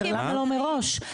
למה לא מראש?